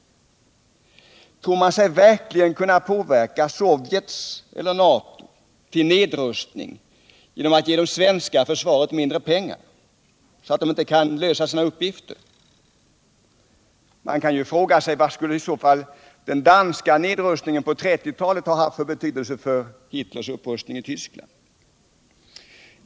Tror man sig verkligen kunna påverka Sovjet eller NATO till nedrustning genom att ge det svenska försvaret mindre pengar så att det inte kan lösa sina uppgifter? Vad skulle i så fall den danska nedrustningen på 1930-talet ha haft för betydelse för Hitlers upprustning i Tyskland?